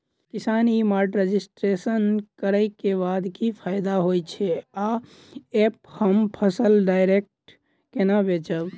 किसान e mart registration करै केँ बाद की फायदा होइ छै आ ऐप हम फसल डायरेक्ट केना बेचब?